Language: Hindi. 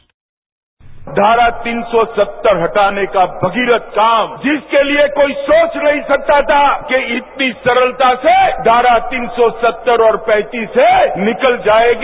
बाईट धारा तीन सौ सत्तर हटाने का भगीरथ काम जिसके लिए कोई सोच नहीं सकता था कि इतनी सरलता से धारा तीन सौ सत्तर और पैंतीस ए निकल जायेगी